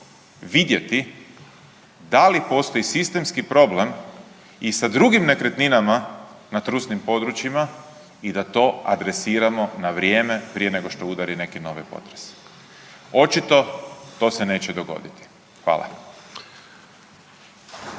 vidjeti da li postoji sistemski problem i sa drugim nekretninama na trusnim područjima i da to adresiramo na vrijeme prije nego što udari neki novi potres. Očito to se neće dogoditi. Hvala.